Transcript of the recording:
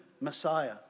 Messiah